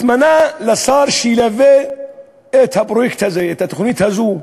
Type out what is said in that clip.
התמנה לשר שילווה את הפרויקט הזה, את התוכנית הזו,